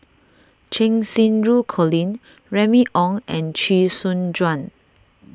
Cheng Xinru Colin Remy Ong and Chee Soon Juan